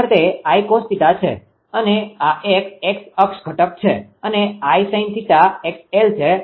ખરેખર તે 𝐼cos𝜃 છે અને આ એક X અક્ષ ઘટક છે અને 𝐼sin𝜃𝑥𝑙 છે